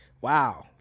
wow